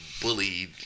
bullied